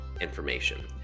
information